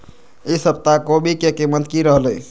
ई सप्ताह कोवी के कीमत की रहलै?